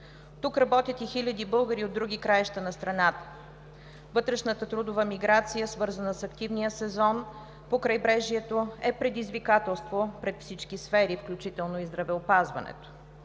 Тук работят и хиляди българи от други краища на страната. Вътрешната трудова миграция, свързана с активния сезон по крайбрежието, е предизвикателство пред всички сфери, включително и здравеопазването.